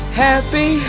happy